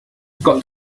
got